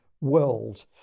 world